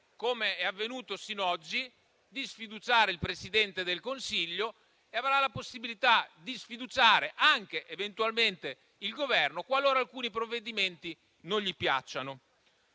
come è avvenuto sino a oggi, il Presidente del Consiglio e avrà la possibilità di sfiduciare anche, eventualmente, il Governo, qualora alcuni provvedimenti non gli piacciano.